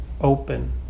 open